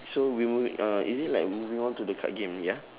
so we movi~ uh is it like moving on to the card game ya